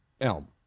elm